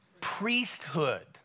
priesthood